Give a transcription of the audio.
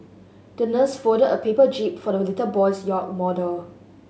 the nurse folded a paper jib for the little boy's yacht model